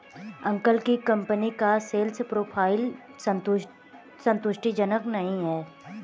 uncle की company का sales profile संतुष्टिजनक नही है